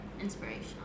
inspirational